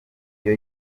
iyo